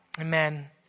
amen